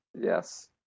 Yes